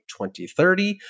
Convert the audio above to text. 2030